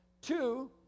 Two